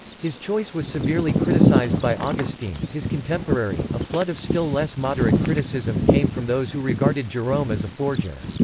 his choice was severely criticized by augustine, his contemporary a flood of still less moderate criticism came from those who regarded jerome as a forger.